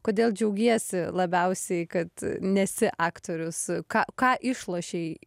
kodėl džiaugiesi labiausiai kad nesi aktorius ką ką išlošei